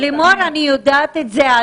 לימור, אני יודעת את זה.